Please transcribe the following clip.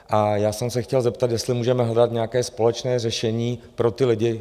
A já jsem se chtěl zeptat, jestli můžeme hledat nějaké společné řešení pro ty lidi?